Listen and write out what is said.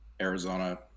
Arizona